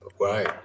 Right